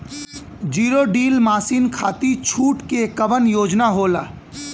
Zero deal machine खाती छूट के कवन योजना होला?